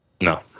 No